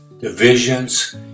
divisions